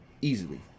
Easily